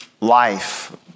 life